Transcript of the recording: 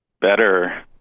better